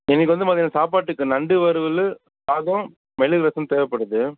எங்களுக்கு வந்து மத்தியானம் சாப்பாட்டுக்கு நண்டு வருவல் சாதம் மிளகு ரசம் தேவைப்படுது